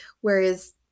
whereas